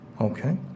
okay